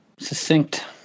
succinct